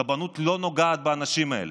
הרבנות לא נוגעת באנשים האלה,